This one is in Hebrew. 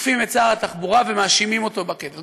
תוקפים את שר התחבורה ומאשימים אותו בקטל.